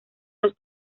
los